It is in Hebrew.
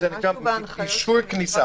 שנקרא אישור כניסה.